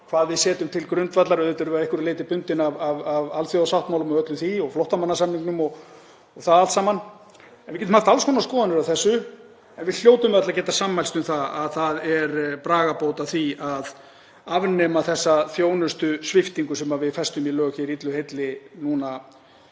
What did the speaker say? hvað við setjum til grundvallar. Auðvitað erum við að einhverju leyti bundin af alþjóðasáttmálum og öllu því og flóttamannasamningnum og það allt saman. Við getum haft alls konar skoðanir á þessu en við hljótum öll að geta sammælst um að það er bragarbót að afnema þessa þjónustusviptingu sem við festum í lög hér illu heilli á